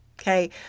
Okay